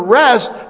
rest